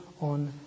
on